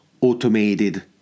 automated